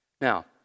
Now